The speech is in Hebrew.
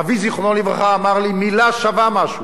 אבי זיכרונו לברכה אמר לי: מלה שווה משהו.